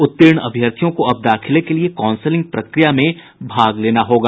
उत्तीर्ण अभ्यर्थियों को अब दाखिले के लिये काउंसलिंग प्रक्रिया में भाग लेना होगा